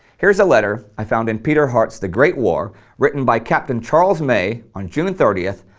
here's a letter i found in peter hart's, the great war written by captain charles may on june thirtieth,